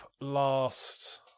last